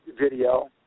video